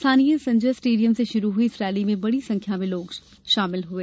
स्थानीय संजय स्टेडियम से शुरू हई इस रैली में बड़ी संख्या में लोग शामिल हुए